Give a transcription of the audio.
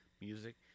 music